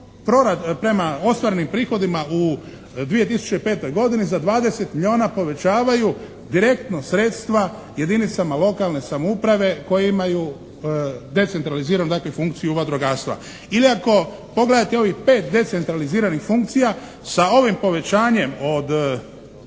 prema ostvarenim prihodima u 2005. godini za 20 milijuna povećavaju direktno sredstva jedinicama lokalne samouprave koje imaju decentraliziranu dakle funkciju vatrogastva. Ili ako pogledate ovih pet decentraliziranih funkcija sa ovim povećanjem od